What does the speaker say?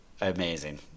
amazing